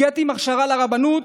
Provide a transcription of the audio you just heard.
הגעתי עם הכשרה לרבנות,